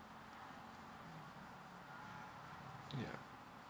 yeah